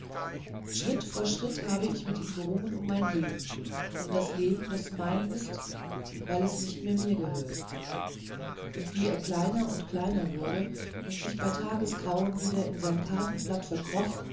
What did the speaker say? schritt vor schritt habe ich mit ihm gerungen um mein leben um das leben das mein ist weil es nicht mehr mir gehört und wie er kleiner und kleiner wurde und sich bei tagesgrauen wieder in sein kartenblatt verkroch